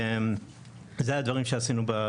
זה הדברים שעשינו.